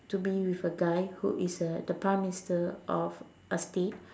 to be with a guy who is a the prime minister of a state